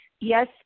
yes